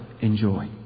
enjoy